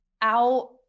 out